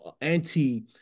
anti